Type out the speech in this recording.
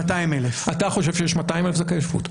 200,000. אתה חושב שיש 200,000 זכאי שבות.